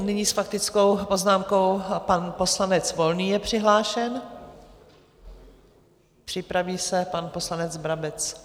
Nyní s faktickou poznámkou pan poslanec Volný je přihlášen, připraví se pan poslanec Brabec.